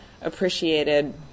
appreciated